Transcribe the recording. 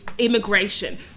immigration